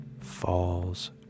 falls